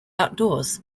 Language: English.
outdoors